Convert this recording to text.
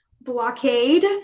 blockade